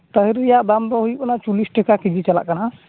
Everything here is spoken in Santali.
ᱛᱟᱦᱮᱨ ᱨᱮᱭᱟᱜ ᱫᱟᱢ ᱫᱚ ᱦᱩᱭᱩᱜ ᱠᱟᱱᱟ ᱪᱚᱞᱞᱤᱥ ᱴᱟᱠᱟ ᱠᱮᱡᱤ ᱪᱟᱞᱟᱜ ᱠᱟᱱᱟ